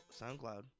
SoundCloud